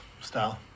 Style